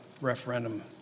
referendum